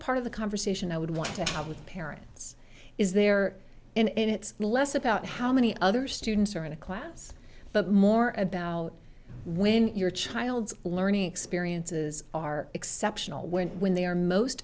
part of the conversation i would want to have with parents is there and it's less about how many other students are in a class but more about when your child's learning experiences are exceptional when when they are most